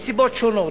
מסיבות שונות,